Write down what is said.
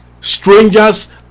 Strangers